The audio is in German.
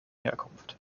herkunft